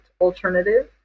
alternative